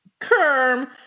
Kerm